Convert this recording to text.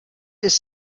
ist